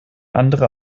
andere